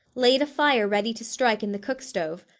laid a fire ready to strike in the cook stove,